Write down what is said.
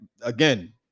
again